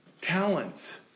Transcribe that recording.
talents